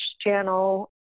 channel